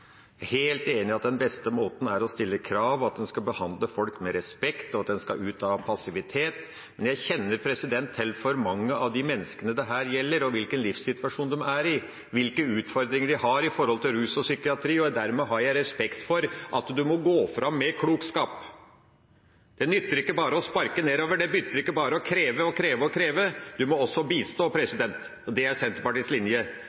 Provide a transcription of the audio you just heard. helt enig i at den beste måten er å stille krav, at en skal behandle folk med respekt, og at en skal ut av passivitet. Men jeg kjenner til for mange av de menneskene dette gjelder, hvilken livssituasjon de er i, hvilke utfordringer de har med rus og psykiatri. Dermed har jeg respekt for at en må gå fram med klokskap. Det nytter ikke bare å sparke nedover, det nytter ikke bare å kreve og kreve og kreve, en må også bistå, og det er Senterpartiets linje.